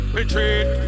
Retreat